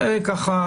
בבקשה.